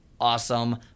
awesome